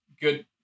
good